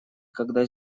когда